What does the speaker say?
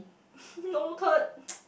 noted